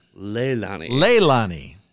Leilani